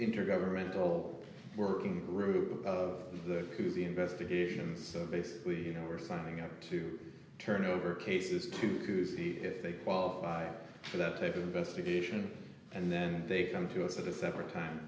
intergovernmental working group of the who the investigations basically are signing up to turn over cases to to see if they qualify for that type of investigation and then they come to us at a separate time